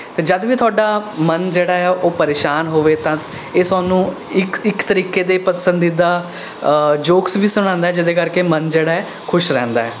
ਅਤੇ ਜਦੋਂ ਵੀ ਤੁਹਾਡਾ ਮਨ ਜਿਹੜਾ ਹੈ ਉਹ ਪਰੇਸ਼ਾਨ ਹੋਵੇ ਤਾਂ ਇਹ ਤੁਹਾਨੂੰ ਇੱਕ ਇੱਕ ਤਰੀਕੇ ਦੇ ਪਸੰਦੀਦਾ ਜੋਕਸ ਵੀ ਸੁਣਾਉਂਦਾ ਹੈ ਜਿਹਦੇ ਕਰਕੇ ਮਨ ਜਿਹੜਾ ਹੈ ਖੁਸ਼ ਰਹਿੰਦਾ ਹੈ